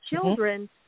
children